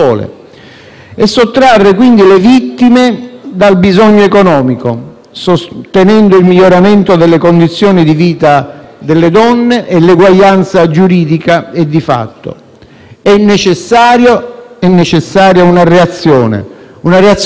al bisogno economico e sostenendo il miglioramento delle condizioni di vita delle donne e l'uguaglianza giuridica e di fatto. È necessaria una reazione di condanna forte e chiara.